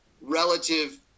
relative